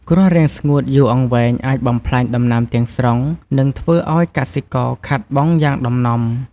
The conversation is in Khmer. គ្រោះរាំងស្ងួតយូរអង្វែងអាចបំផ្លាញដំណាំទាំងស្រុង និងធ្វើឱ្យកសិករខាតបង់យ៉ាងដំណំ។